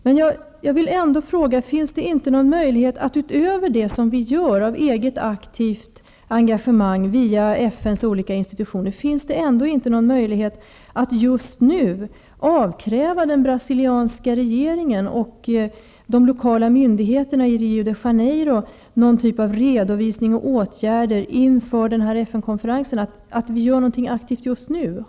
Men jag vill ändå fråga om det inte finns nå gon möjlighet att, utöver det vi gör av eget aktivt engagemang via FN:s olika institutioner, just nu avkräva den brasilianska regeringen och de lokala myn digheterna i Rio de Janeiro någon typ av redovisning av åtgärder inför FN konferensen.